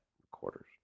recorders